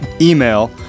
email